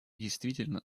действительно